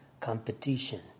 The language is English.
Competition